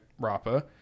RAPA